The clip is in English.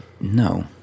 No